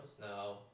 No